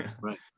Right